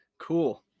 Cool